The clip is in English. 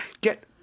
get